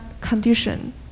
condition